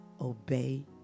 obey